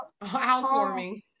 housewarming